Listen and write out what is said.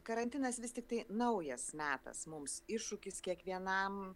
karantinas vis tiktai naujas metas mums iššūkis kiekvienam